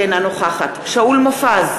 אינה נוכחת שאול מופז,